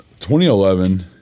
2011